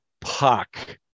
puck